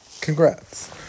Congrats